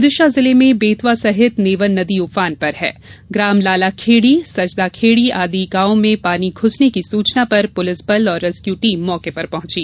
विदिशा जिले में बेतवा सहित नेवन नदी उफान पर है ग्राम लालाखेड़ी सजदाखेड़ी आदि गांव में पानी ध्सने की सूचना पर पुलिस बल और रेस्क्यू टीम मोके पर पहुची